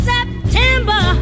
September